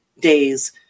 days